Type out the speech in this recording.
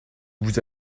vous